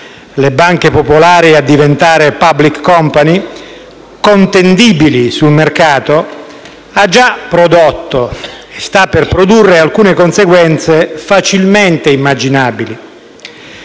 le banche popolari a diventare *public company* contendibili sul mercato, ha già prodotto e sta per produrre alcune conseguenze facilmente immaginabili.